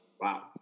Wow